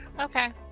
Okay